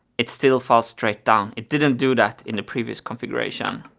it still falls straight down. it didn't do that in the previous configuration.